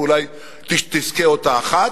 ואולי תזכה אותה אחת,